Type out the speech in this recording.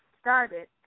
started